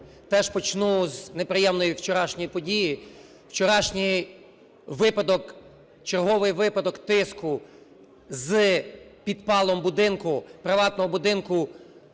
Теж почну з неприємної вчорашньої події. Вчорашній випадок, черговий випадок тиску з підпалом будинку, приватного будинку